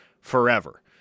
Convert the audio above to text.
forever